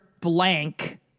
blank